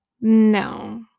no